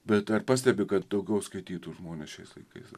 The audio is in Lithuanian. bet ar pastebi kad daugiau skaitytų žmonės šiais laikais